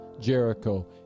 Jericho